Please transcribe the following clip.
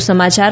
વધુ સમાચાર